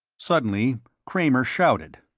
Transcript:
suddenly kramer shouted.